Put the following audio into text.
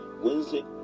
Wednesday